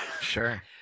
Sure